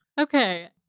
Okay